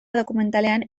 dokumentalean